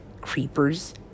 creepers